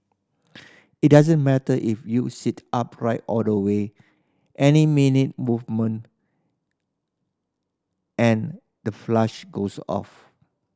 it doesn't matter if you sit upright all the way any minute movement and the flush goes off